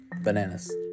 bananas